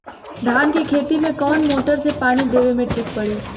धान के खेती मे कवन मोटर से पानी देवे मे ठीक पड़ी?